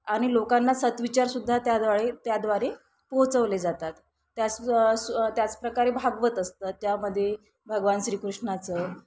आणि लोकांना सदविचार सुद्धा त्याद्वारे त्याद्वारे पोहचवले जातात त्याच त्याचप्रकारे भागवत असतात त्यामध्ये भगवान श्रीकृष्णाचं